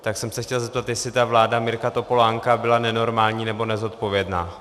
Tak jsem se chtěl zeptat, jestli ta vláda Mirka Topolánka byla nenormální nebo nezodpovědná.